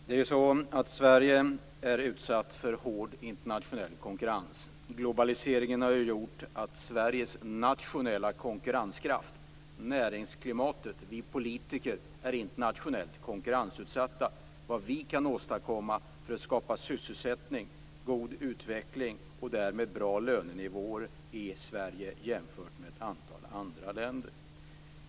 Fru talman! Sverige är utsatt för hård internationell konkurrens. Globaliseringen har ju gjort att Sveriges nationella konkurrenskraft, näringsklimatet och vi politiker är internationellt konkurrensutsatta. Det gäller vad vi kan åstadkomma för att skapa sysselsättning, god utveckling och därmed bra lönenivåer i Sverige jämfört med ett antal andra länder.